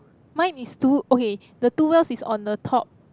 mine is two okay the two wheels is on the top